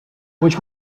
which